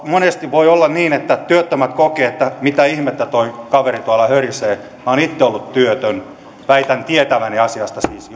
monesti voi olla niin että tämmöisestä vastauksesta työttömät kokevat että mitä ihmettä tuo kaveri tuolla örisee minä olen itse ollut työtön väitän tietäväni asiasta siis